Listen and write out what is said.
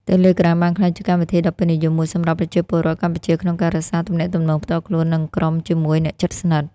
Telegram បានក្លាយជាកម្មវិធីដ៏ពេញនិយមមួយសម្រាប់ប្រជាពលរដ្ឋកម្ពុជាក្នុងការរក្សា ទំនាក់ទំនងផ្ទាល់ខ្លួន និងក្រុម ជាមួយអ្នកជិតស្និទ្ធ។